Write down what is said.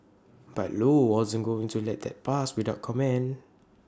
but low wasn't going to let that pass without comment